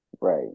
Right